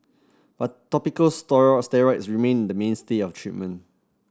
but topical steroid remain the mainstay of treatment